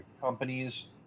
companies